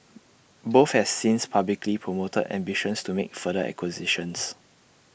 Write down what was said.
both have since publicly promoted ambitions to make further acquisitions